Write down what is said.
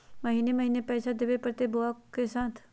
महीने महीने पैसा देवे परते बोया एके साथ?